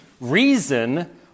reason